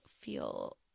feel